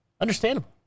Understandable